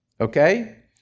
okay